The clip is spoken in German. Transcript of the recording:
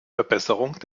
verbesserungen